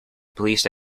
police